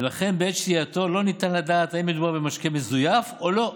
ולכן בעת שתייתו לא ניתן לדעת אם מדובר במשקה מזויף או לא.